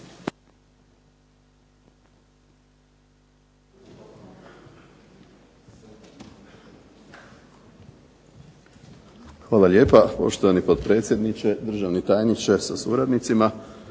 Hvala lijepa. Poštovani potpredsjedniče, državni tajniče sa suradnicima,